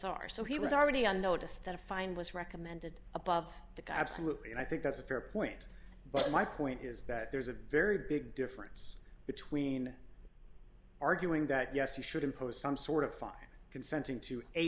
r so he was already on notice that a fine was recommended above the guy absolutely and i think that's a fair point but my point is that there's a very big difference between arguing that yes he should impose some sort of five consenting to a